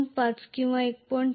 25 किंवा 1